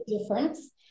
difference